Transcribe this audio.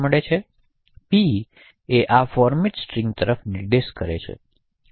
મળે છે p એ આ ફોર્મેટ સ્ટ્રિંગ તરફ નિર્દેશ કરે છે